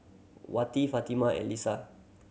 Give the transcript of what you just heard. Wati Fatimah and Lisa